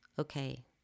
Okay